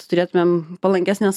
turėtumėm palankesnes